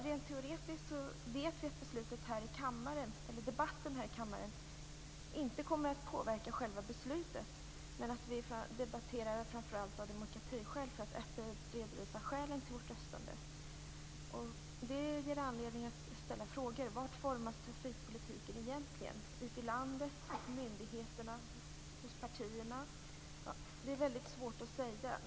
Rent teoretiskt vet vi att debatten här i kammaren inte kommer att påverka själva beslutet. Vi debatterar framför allt av demokratiskäl för att öppet redovisa skälen till vårt röstande. Det ger anledning att ställa frågor. Var formas trafikpolitiken egentligen? Är det ute i landet, i myndigheterna, hos partierna? Det är väldigt svårt att säga.